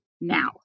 now